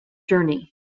journey